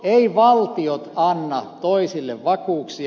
eivät valtiot anna toisilleen vakuuksia